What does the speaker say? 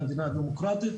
המדינה הדמוקרטית,